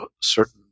certain